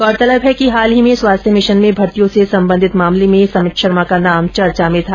गौरतलब है कि हाल ही में स्वास्थ्य मिशन में भर्तियों से संबंधित मामले में समित शर्मा का नाम चर्चा में था